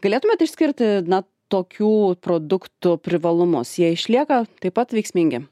galėtumėt išskirti na tokių produktų privalumus jie išlieka taip pat veiksmingi